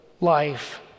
life